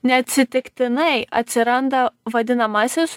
neatsitiktinai atsiranda vadinamasis